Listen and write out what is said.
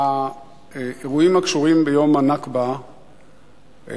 האירועים הקשורים ביום הנכבה מחדדים